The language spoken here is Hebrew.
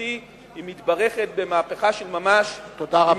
הדו-שנתי היא מתברכת במהפכה של ממש, תודה רבה.